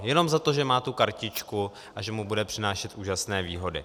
Jenom za to, že má tu kartičku a že mu bude přinášet úžasné výhody.